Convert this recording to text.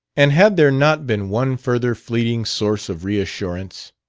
and had there not been one further fleeting source of reassurance?